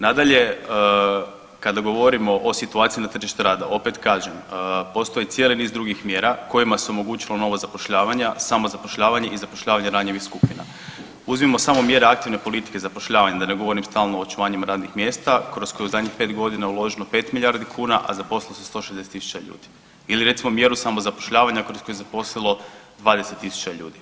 Nadalje, kada govorimo o situaciji na tržištu rada, opet kažem postoji cijeli niz drugih mjera kojima se omogućilo novo zapošljavanje, samozapošljavanje i zapošljavanje ranjivih skupina, uzmimo samo mjere aktivne politike zapošljavanja da ne govorim stalno o očuvanju radnih mjesta kroz koju je u zadnjih pet godina uloženo 5 milijardi kuna, a zaposlilo se 160.000 ljudi ili recimo mjeru samozapošljavanja kroz koju se zaposlilo 20.000 ljudi.